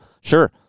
Sure